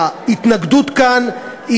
ההתנגדות כאן,